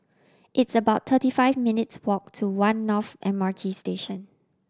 it's about thirty five minutes' walk to One North M R T Station